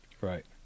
Right